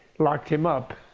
locked him up.